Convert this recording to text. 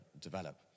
develop